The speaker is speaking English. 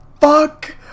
fuck